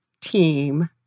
team